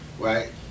Right